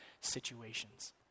situations